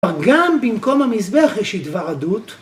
אבל גם במקום המזבח יש התוועדות